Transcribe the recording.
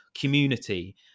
community